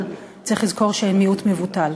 אבל צריך לזכור שהן מיעוט מבוטל.